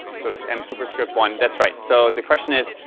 sort of m superscript one, that's right. so the question is,